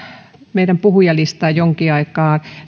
meidän puhujalistaa jonkin aikaa